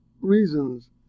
reasons